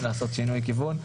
לעשות שינוי כיוון,